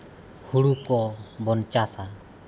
ᱦᱳᱲᱳ ᱠᱚᱵᱚᱱ ᱪᱟᱥᱟ